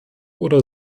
oder